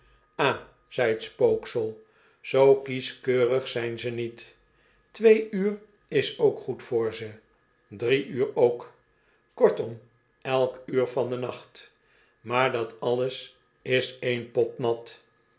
ah zei het spooksel zoo kieschkeurig zijn ze niet twee uur is ook goed voor ze drie uur ook kortom elk uur van den nacht maar dat alles is één pot nat